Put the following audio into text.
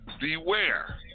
beware